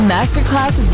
Masterclass